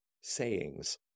sayings